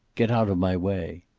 get out of my way.